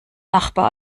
nachbar